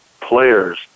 players